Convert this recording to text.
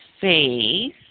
faith